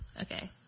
Okay